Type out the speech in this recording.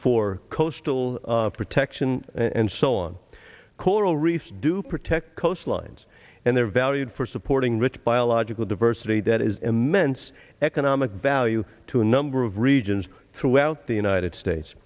for coastal protection and so on coral reefs do protect coastlines and they're valued for supporting rich biological diversity that is immense economic value to a number of regions throughout the united states